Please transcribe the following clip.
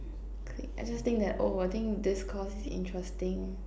click I just think that oh I think this course is interesting